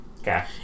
Okay